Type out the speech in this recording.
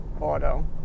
auto